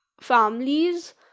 families